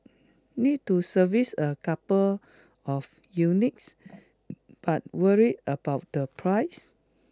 need to service a couple of units but worried about the price